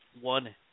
one